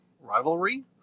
Rivalry